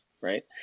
right